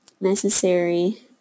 necessary